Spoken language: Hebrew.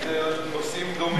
כי הנושאים דומים.